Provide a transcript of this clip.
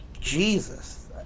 Jesus